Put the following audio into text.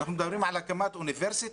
אנחנו מדברים על הקמת אוניברסיטה,